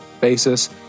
basis